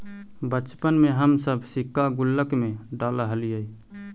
बचपन में हम सब सिक्का गुल्लक में डालऽ हलीअइ